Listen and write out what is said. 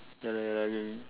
ya lah